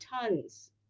tons